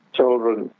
children